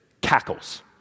cackles